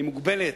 מוגבלת,